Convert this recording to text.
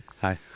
Hi